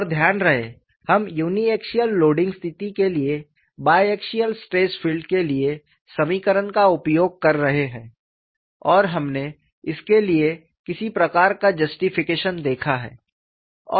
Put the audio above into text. और ध्यान रहे हम यूनिएक्सिअल लोडिंग स्थिति के लिए बाएक्सिअल स्ट्रेस फील्ड के लिए समीकरण का उपयोग कर रहे हैं और हमने इसके लिए किसी प्रकार का जस्टिफिकेशन देखा है